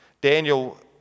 Daniel